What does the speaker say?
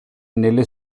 nelle